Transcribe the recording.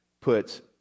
puts